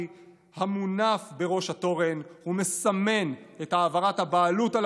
המונף בראש התורן ומסמן את העברת הבעלות על